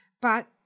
But